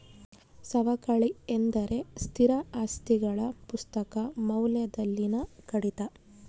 ಸವಕಳಿ ಎಂದರೆ ಸ್ಥಿರ ಆಸ್ತಿಗಳ ಪುಸ್ತಕ ಮೌಲ್ಯದಲ್ಲಿನ ಕಡಿತ